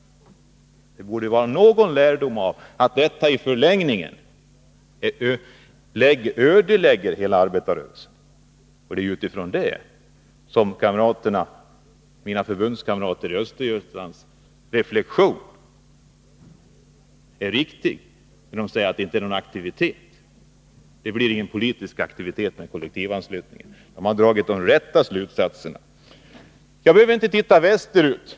Men man borde dra någon lärdom av vetskapen att detta i frågor m.m. förlängningen ödelägger hela arbetarrörelsen. Det är från den utgångspunkten reflexionen från mina förbundskamrater i Östergötland är riktig: det blir ingen politisk aktivitet med kollektivanslutningen. De har dragit de rätta slutsatserna. Jag behöver inte se västerut.